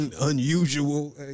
unusual